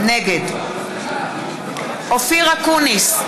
נגד אופיר אקוניס,